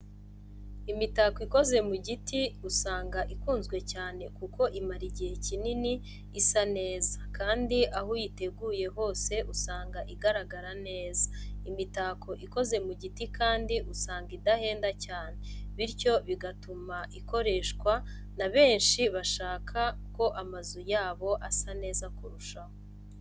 Imitako ikoze mu giti usanga ikunzwe cyane kuko imara igihe kinini isa neza, kandi aho uyiteguye hose usanga igaragara neza. Imitako ikoze mu giti kandi usanga idahenda cyane, bityo bigatuma ikoreshwa na benshi bashaka ko amazu yabo asa neza kurushaho.